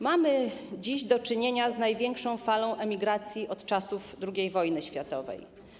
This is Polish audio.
Mamy dziś do czynienia z największą falą emigracji od czasów II wojny światowej.